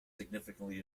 significantly